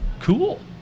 cool